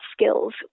skills